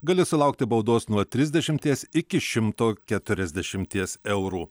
gali sulaukti baudos nuo trisdešimties iki šimto keturiasdešimties eurų